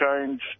change